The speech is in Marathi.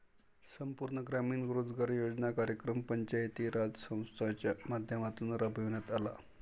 संपूर्ण ग्रामीण रोजगार योजना कार्यक्रम पंचायती राज संस्थांच्या माध्यमातून राबविण्यात आला